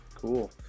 cool